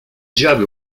diable